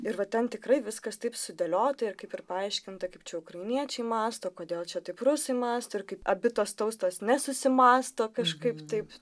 ir va ten tikrai viskas taip sudėliota ir kaip ir paaiškinta kaip čia ukrainiečiai mąsto kodėl čia taip rusai mąsto ir kaip abi tos tautos nesusimąsto kažkaip taip